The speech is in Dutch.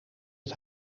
het